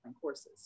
courses